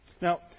Now